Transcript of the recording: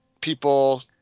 people